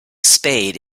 spade